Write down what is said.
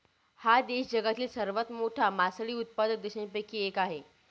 हा देश जगातील सर्वात मोठा मासळी उत्पादक देशांपैकी एक आहे